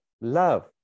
love